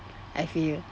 I feel